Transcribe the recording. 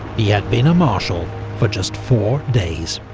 he had been a marshal for just four days.